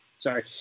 Sorry